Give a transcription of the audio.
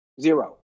Zero